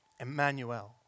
Emmanuel